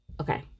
okay